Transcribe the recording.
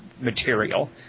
material